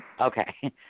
Okay